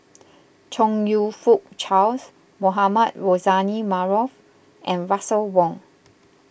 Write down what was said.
Chong You Fook Charles Mohamed Rozani Maarof and Russel Wong